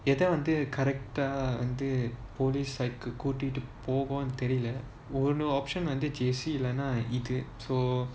எது வந்து:ethu vanthu correct வந்து:vanthu police side கூட்டிட்டு போகும்னு தெரில:kootitu pokumnu therila no option until J_C இல்லனா இது:illanaa ithu so